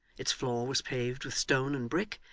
its floor was paved with stone and brick,